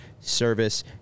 service